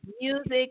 music